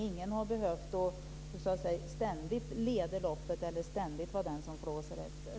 Ingen har behövt att vara den som ständigt leder loppet eller den som ständigt ligger efter.